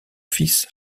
fils